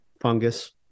fungus